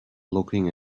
looking